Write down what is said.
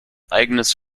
eigenes